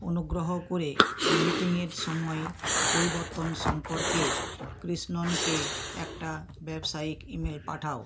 অনুুগ্রহ করে মিটিংয়ের সময় পরিবর্তন সম্পর্কে কৃষ্ণননকে একটা ব্যবসায়িক ইমেল পাঠাও